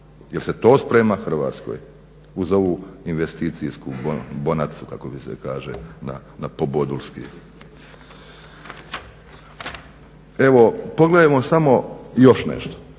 jer se to sprema Hrvatskoj uz ovu investiciju bonacu, kako se kaže na pobodulski. Evo, pogledajmo samo još nešto,